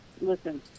listen